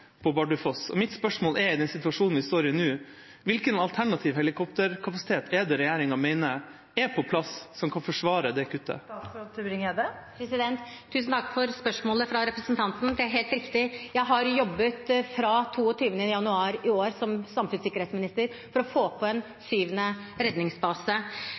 på plass på Bardufoss. Mitt spørsmål er, i den situasjonen vi står i nå: Hvilken alternativ helikopterkapasitet er det regjeringa mener er på plass som kan forsvare det kuttet? Tusen takk for spørsmålet fra representanten. Det er helt riktig, jeg har jobbet fra 22. januar i år som samfunnssikkerhetsminister for å få til en syvende redningsbase.